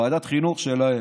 ועדת חינוך, שלהם.